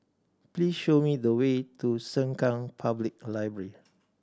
please show me the way to Sengkang Public Library